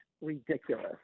ridiculous